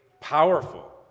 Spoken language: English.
powerful